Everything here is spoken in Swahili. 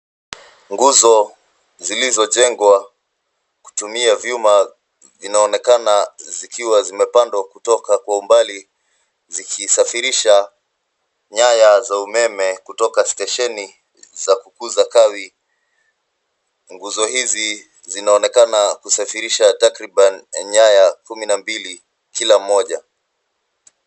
Nguzo zilizojengwa kutumia vyuma vinaonekana zikiwa zimepandwa kutoka kwa umbali zikisafirisha nyaya za umeme kutoka stesheni za kukuza kawi. Nguzo hizi zinaonekana kusafirisha takriban nyaya kumi na mbili kila moja.